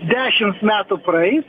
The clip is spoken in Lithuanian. dešims metų praeis